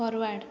forward